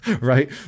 Right